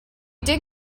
dig